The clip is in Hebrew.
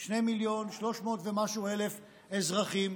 2.3 מיליון ומשהו אזרחים,